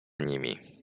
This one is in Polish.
nimi